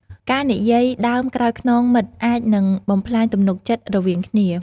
ការនិយាយដើមក្រោយខ្នងមិត្តអាចនឹងបំផ្លាញទំនុកចិត្តរវាងគ្នា។